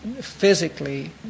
physically